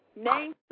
Name